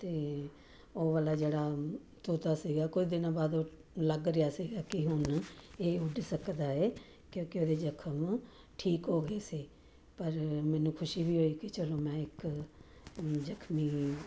ਅਤੇ ਉਹ ਵਾਲਾ ਜਿਹੜਾ ਤੋਤਾ ਸੀਗਾ ਕੁਝ ਦਿਨਾਂ ਬਾਅਦ ਉਹ ਲੱਗ ਰਿਹਾ ਸੀਗਾ ਕਿ ਹੁਣ ਇਹ ਉੱਡ ਸਕਦਾ ਹੈ ਕਿਉਂਕਿ ਉਹਦੇ ਜ਼ਖਮ ਠੀਕ ਹੋ ਗਏ ਸੀ ਪਰ ਮੈਨੂੰ ਖੁਸ਼ੀ ਵੀ ਹੋਈ ਕਿ ਚਲੋ ਮੈਂ ਇੱਕ ਜ਼ਖਮੀ